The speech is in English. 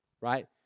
right